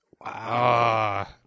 wow